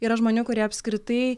yra žmonių kurie apskritai